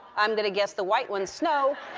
i'm going to guess the white one's snow.